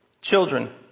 Children